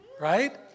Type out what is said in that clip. right